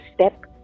step